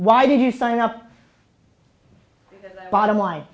why did you sign up bottom line